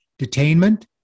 detainment